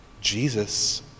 Jesus